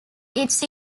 its